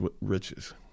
riches